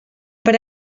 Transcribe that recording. per